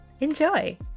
Enjoy